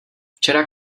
včera